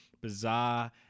bizarre